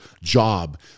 job